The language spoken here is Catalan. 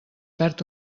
perd